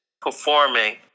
performing